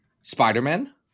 Spider-Man